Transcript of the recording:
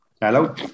Hello